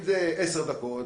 אם זה 10 דקות